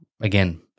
again